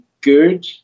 good